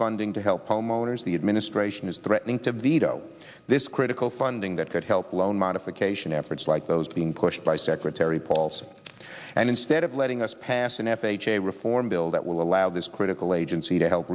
funding to help homeowners the administration is threatening to veto this critical funding that could help loan modification efforts like those being pushed by secretary paulson and instead of letting us pass an f h a reform bill that will allow this critical agency to help